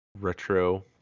retro